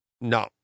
No